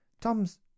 Tom's